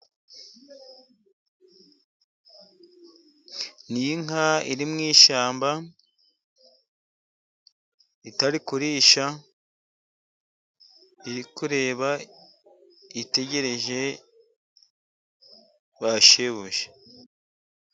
Ni inka iri mu ishyamba itari kurisha, iri kureba itegereje ba shebuja.